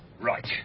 Right